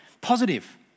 positive